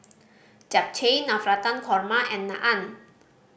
Japchae Navratan Korma and Naan